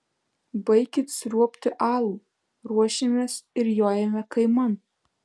baikit sriuobti alų ruošiamės ir jojame kaiman